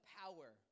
power